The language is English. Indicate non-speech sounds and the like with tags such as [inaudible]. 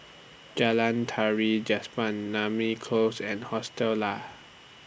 Jalan Tari [unintelligible] Namly Close and Hostel Lah